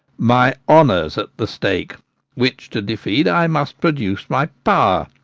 my honour's at the stake which to defeat, i must produce my power.